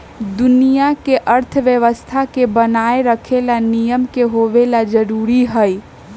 दुनिया के अर्थव्यवस्था के बनाये रखे ला नियम के होवे ला जरूरी हई